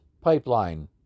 pipeline